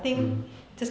mm